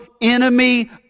enemy